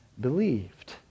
believed